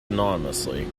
anonymously